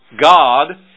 God